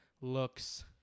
looks